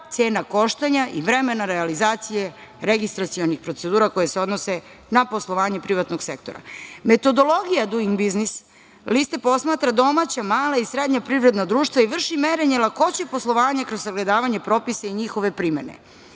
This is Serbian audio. cena koštanja i vremena realizacije registracionih procedura koje se odnose na poslovanje privatnog sektora. Metodologija Duing biznis liste posmatra domaća, mala i srednje privredna društva i vrši merenja o lakoći poslovanja kroz sagledavanje propisa i njihove primene.